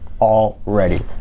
already